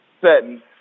setting